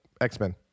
X-Men